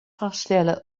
vaststellen